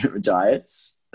diets